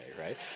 right